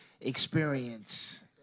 experience